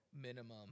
Minimum